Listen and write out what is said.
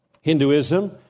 Hinduism